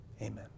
Amen